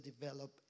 develop